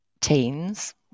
teens